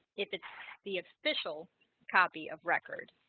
if it's the official copy of record,